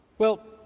well,